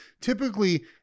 typically